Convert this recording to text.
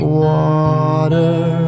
water